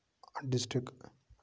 district